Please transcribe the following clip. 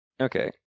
Okay